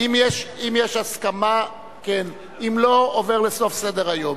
אם יש הסכמה כן, אם לא, עובר לסוף סדר-היום.